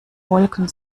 wolken